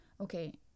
okay